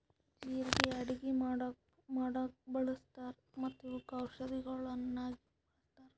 ಜೀರಿಗೆ ಅಡುಗಿ ಮಾಡಾಗ್ ಬಳ್ಸತಾರ್ ಮತ್ತ ಇವುಕ್ ಔಷದಿಗೊಳಾಗಿನು ಬಳಸ್ತಾರ್